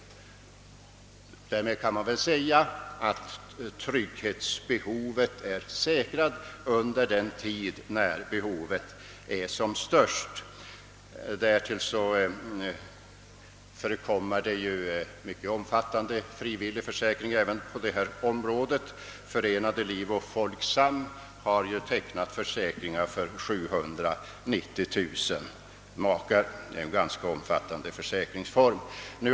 Därmed kan det väl sägas att trygghetsbehovet är säkrat under den tid då behovet är som störst. Därtill kommer frivilliga försäkringar i mycket stor omfattning även på detta område. Förenade Liv och Folksam har tecknat försäkringar för 790 000 makar, vilket ju innebär en ganska omfattande försäkringsform.